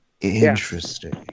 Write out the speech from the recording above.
interesting